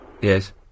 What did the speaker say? Yes